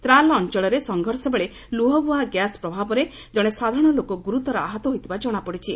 ତ୍ରାଲ୍ ଅଞ୍ଚଳରେ ସଂଘର୍ଷବେଳେ ଲୁହବୁହା ଗ୍ୟାସ୍ ପ୍ରଭାବରେ ଜଣେ ସାଧାରଣ ଲୋକ ଗୁରୁତର ଆହତ ହୋଇଥିବା ଜଣାପଡ଼ିଛି